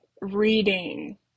reading